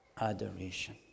adoration